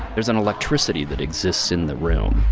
there's an electricity that exists in the room.